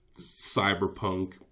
cyberpunk